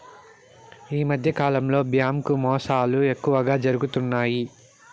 ఈ మధ్యకాలంలో బ్యాంకు మోసాలు ఎక్కువగా జరుగుతున్నాయి